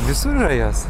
visur yra jos